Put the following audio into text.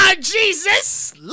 Jesus